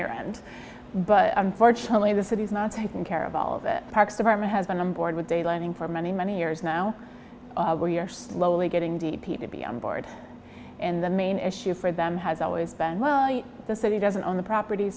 your end but unfortunately the city is not taking care of all of it parks department has been on board with day lending for many many years now we are slowly getting d p to be on board and the main issue for them has always been well the city doesn't own the property